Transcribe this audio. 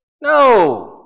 No